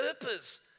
purpose